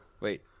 Wait